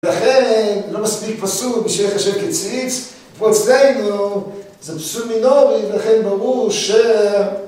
לכן, לא מספיק פסוק בשביל להיחשב כציץ ופה אצלנו זה פסול מינורי לכן ברור ש...